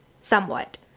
somewhat